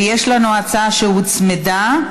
ויש לנו הצעה שהוצמדה,